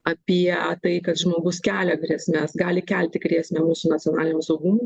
apie tai kad žmogus kelia grėsmes gali kelti grėsmę mūsų nacionaliniam saugumui